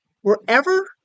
Wherever